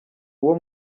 uwo